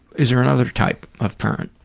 is there another type of parent?